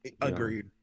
Agreed